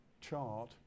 chart